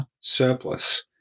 surplus